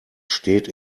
steht